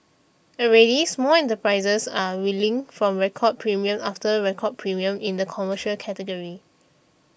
already small enterprises are reeling from record premium after record premium in the commercial category